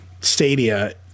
Stadia